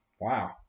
Wow